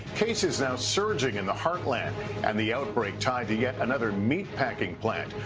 cases now surging in the heartland and the outbreak tied to yet another meat packing plant.